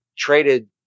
Traded